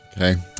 Okay